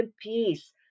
peace